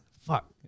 Fuck